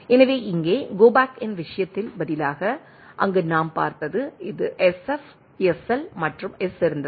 எனவே இங்கே go back N விஷயத்தில் பதிலாக அங்கு நாம் பார்த்தது இது SF SL மற்றும் S இருந்தது